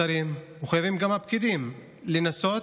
השרים מחויבים וגם הפקידים מחויבים לנסות